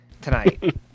Tonight